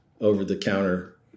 over-the-counter